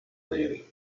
neri